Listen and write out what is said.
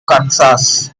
kansas